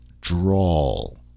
drawl